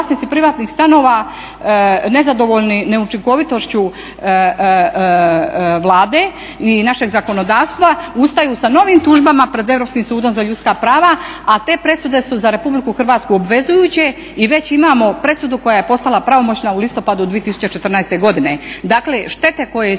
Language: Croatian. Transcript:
privatnih stanova nezadovoljni neučinkovitošću Vlade i našeg zakonodavstva ustaju sa novim tužbama pred Europskim sudom za ljudska prava, a te presude su za Republiku Hrvatsku obvezujuće i već imamo presudu koja je postala pravomoćna u listopadu 2014. godine.